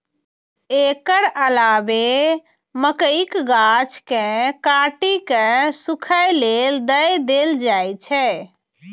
एकर अलावे मकइक गाछ कें काटि कें सूखय लेल दए देल जाइ छै